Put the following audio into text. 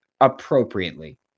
appropriately